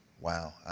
wow